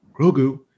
Grogu